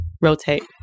rotate